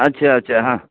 अच्छा अच्छा हँ